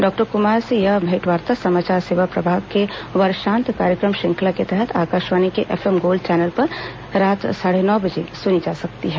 doctor Kumar से यह भेंटवार्ता समाचार सेवा प्रभाग के वर्षात कार्यक्रम श्रृंखला के तहत आकाशवाणी के एफएम गोल्ड चैनल पर रात साढ़े नौ बजे सुनी जा सकती है